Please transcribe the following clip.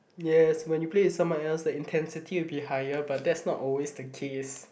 yes when you play with someone else the intensity will be higher but that's not always the case